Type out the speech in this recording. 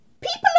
People